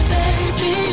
baby